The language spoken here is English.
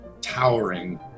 towering